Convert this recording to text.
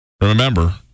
Remember